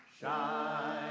shine